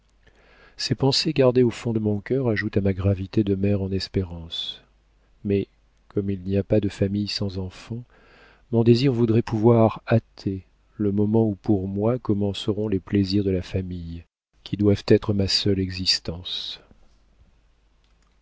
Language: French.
ces pensées gardées au fond de mon cœur ajoutent à ma gravité de mère en espérance mais comme il n'y a pas de famille sans enfant mon désir voudrait pouvoir hâter le moment où pour moi commenceront les plaisirs de la famille qui doivent être ma seule existence